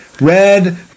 red